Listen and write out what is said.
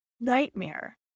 nightmare